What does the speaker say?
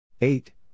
eight